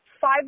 five